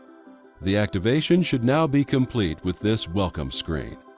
the activation should now be complete. with this welcome screen.